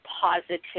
positive